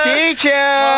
Teacher